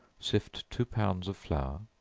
sift two pounds of flour,